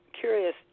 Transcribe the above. curious